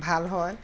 ভাল হয়